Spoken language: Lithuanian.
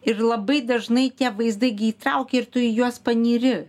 ir labai dažnai tie vaizdai gi įtraukia ir tu į juos panyri